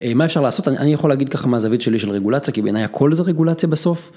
מה אפשר לעשות אני יכול להגיד ככה מה זווית שלי של רגולציה כי בעיניי הכל זה רגולציה בסוף.